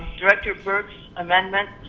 director burke's amendment